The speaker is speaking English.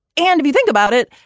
and if you think about it,